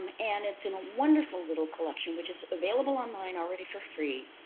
um and it's in a wonderful little collection, which is available online already for free,